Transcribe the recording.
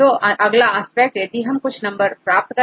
तो अगला आस्पेक्ट यदि हम कुछ नंबर प्राप्त करें